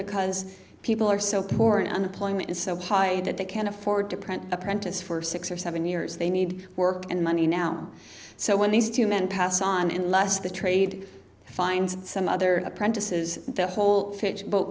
because people are so poor and unemployment is so high that they can't afford to print apprentice for six or seven years they need work and money now so when these two men pass on in less the trade finds some other apprentices the whole